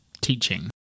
teaching